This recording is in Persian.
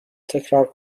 تکرار